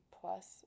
plus